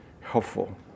helpful